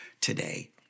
today